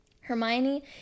Hermione